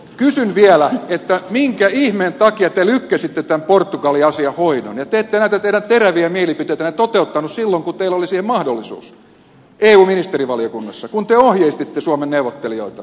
kysyn vielä minkä ihmeen takia te lykkäsitte tämän portugali asian hoidon ja te ette näitä teidän teräviä mielipiteitänne toteuttanut silloin kun teillä oli siihen mahdollisuus eu ministerivaliokunnassa kun te ohjeistitte suomen neuvottelijoita